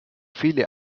viele